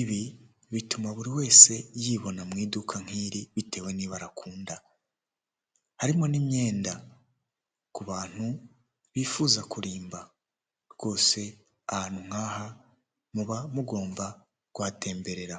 Ibi bituma buri wese yibona mu iduka nk'iri bitewe n'ibara akunda, harimo n'imyenda ku bantu bifuza kurimba, rwose ahantu nkaha muba mugomba kuhatemberera.